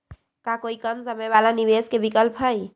का कोई कम समय वाला निवेस के विकल्प हई?